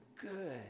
good